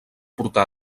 portà